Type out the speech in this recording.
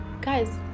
guys